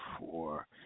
four